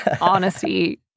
honesty